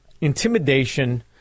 intimidation